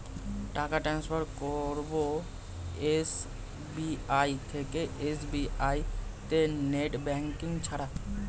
টাকা টান্সফার করব এস.বি.আই থেকে এস.বি.আই তে নেট ব্যাঙ্কিং ছাড়া?